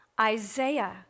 Isaiah